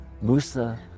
Musa